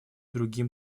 другим